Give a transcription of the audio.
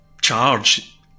charge